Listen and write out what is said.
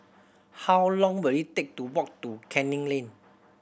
how long will it take to walk to Canning Lane